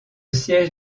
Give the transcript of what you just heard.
siège